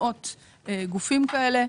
מאות גופים כאלה,